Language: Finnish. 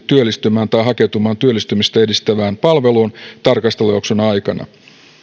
työllistymään tai hakeutumaan työllistymistä edistävään palveluun tarkastelujakson aikana